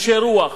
אנשי רוח,